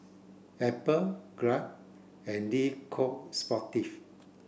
Apple Grab and Le Coq Sportif